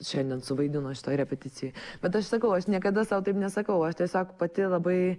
šiandien suvaidino šitoj repeticijoj bet aš sakau aš niekada sau taip nesakau aš tiesiog pati labai